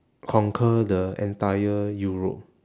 conquer the entire europe